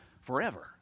forever